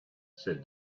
said